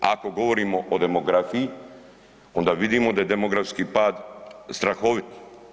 Ako govorimo o demografiji, onda vidimo da je demografski pad strahovit.